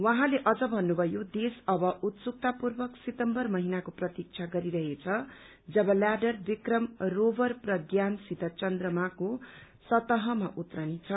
उहाँले अझ भन्नुभयो देश अव उत्सुकतापूर्वक सितम्बर महिनाको प्रतीक्षा गरिरहेछ जब ल्याडर विक्रम रोवर प्रज्ञानसित चन्द्रमाको सतहमा उत्रिनेछ